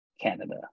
Canada